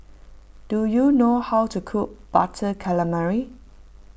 do you know how to cook Butter Calamari